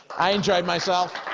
i enjoyed myself.